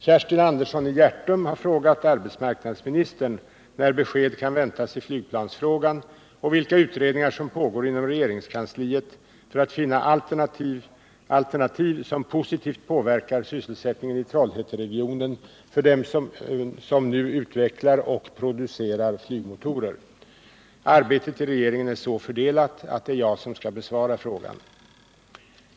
Kerstin Andersson i Hjärtum har frågat arbetsmarknadsministern när besked kan väntas i flygplansfrågan och vilka utredningar som pågår inom regeringskansliet för att finna alternativ som positivt påverkar sysselsättningen i Trollhätteregionen för dem som nu utvecklar och producerar flygmotorer. Arbetet inom regeringen är så fördelat att det är jag som skall besvara frågan.